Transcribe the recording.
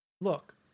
Look